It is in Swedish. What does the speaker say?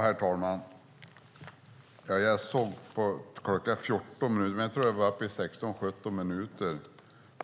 Herr talman! Jag såg på klockan och tror att Jan-Evert Rådhström var uppe i 16-17 minuter här i talarstolen